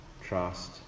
trust